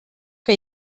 que